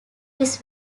his